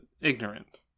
ignorant